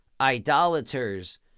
idolaters